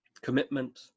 commitment